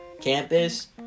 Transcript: campus